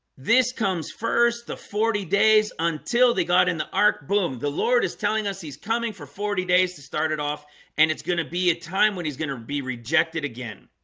this comes first the forty days until they got in the ark boom the lord is telling us he's coming for forty days to start it off and it's going to be a time when he's going to be rejected again